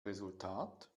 resultat